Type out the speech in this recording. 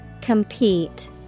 Compete